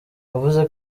yavuze